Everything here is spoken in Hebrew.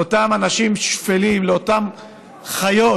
לאותם אנשים שפלים, לאותן חיות,